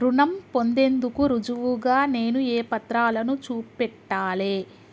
రుణం పొందేందుకు రుజువుగా నేను ఏ పత్రాలను చూపెట్టాలె?